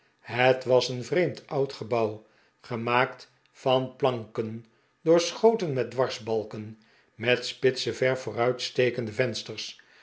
het was een vreemd oud gebouw gemaakt van planken doorschoten met dwarsbalken met spitse ver vooruitstekende vensters